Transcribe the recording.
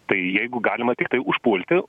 tai jeigu galima tiktai užpulti